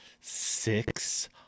six